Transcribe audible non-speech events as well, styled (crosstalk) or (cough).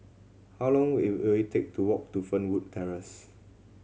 how long (unintelligible) will it will it take to walk to Fernwood Terrace